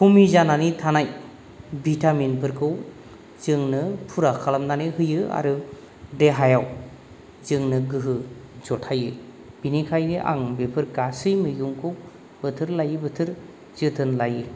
खमि जानानै थानाय भिटामिन फोरखौ जोंनो फुरा खालामनानै होयो आरो देहायाव जोंनो गोहो दैथायो बेनिखायनो आं बेफोर गासै मैगंखौ बोथोर लायै बोथोर जोथोन लायो